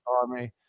Army